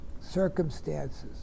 circumstances